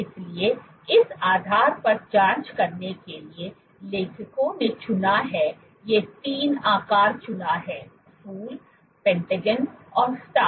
इसलिए इस आधार पर जांच करने के लिए लेखकों ने चुना है ये 3 आकार चुना है फूल पेंटागन और स्टार